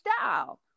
style